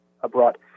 abroad